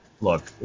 look